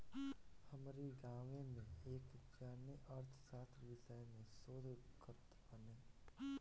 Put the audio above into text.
हमरी गांवे में एक जानी अर्थशास्त्र विषय में शोध करत बाने